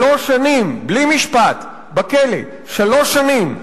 שלוש שנים בלי משפט, בכלא, שלוש שנים,